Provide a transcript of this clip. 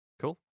Cool